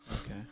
Okay